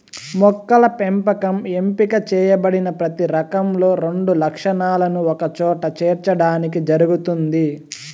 మొక్కల పెంపకం ఎంపిక చేయబడిన ప్రతి రకంలో రెండు లక్షణాలను ఒకచోట చేర్చడానికి జరుగుతుంది